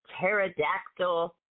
Pterodactyl